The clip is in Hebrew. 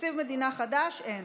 תקציב מדינה חדש, אין.